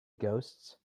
ghosts